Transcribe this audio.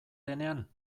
denean